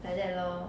like that lor